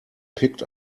picked